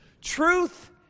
Truth